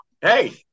Hey